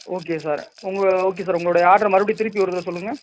okay sir உங்கள் okay sir உங்களுடைய ஆடரை மறுபடியும் திருப்பி ஒரு தடவை சொல்லுங்கள்